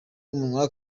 umunwa